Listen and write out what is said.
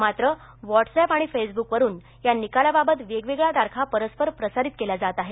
मात्र व्हॉटसअॅप आणि फेसबुकवरून या निकालाबाबत वेगवेगळ्या तारखा परस्पर प्रसारित केल्या जात आहेत